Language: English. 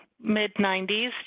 mid-90s